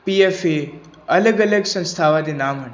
P F A ਅਲੱਗ ਅਲੱਗ ਸੰਸਥਾਵਾਂ ਦੇ ਨਾਮ ਹਨ